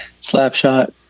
Slapshot